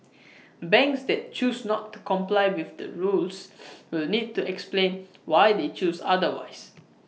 banks that choose not to comply with the rules will need to explain why they chose otherwise